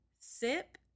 sip